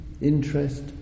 interest